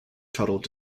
tuttle